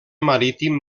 marítim